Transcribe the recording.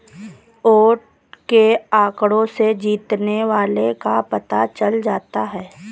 vote के आंकड़ों से जीतने वाले का पता चल जाता है